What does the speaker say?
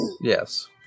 yes